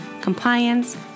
compliance